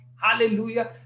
Hallelujah